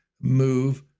Move